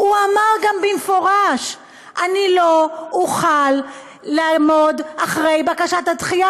הוא אמר גם במפורש: לא אוכל לעמוד מאחורי בקשת הדחייה,